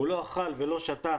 הוא לא אכל ולא שתה